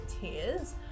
tears